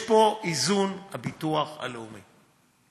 יש פה איזון הביטוח הלאומי.